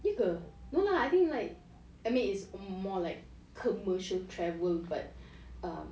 ye ke no lah I think like I mean it's more like commercial travel but um